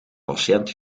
patiënt